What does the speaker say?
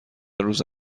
روز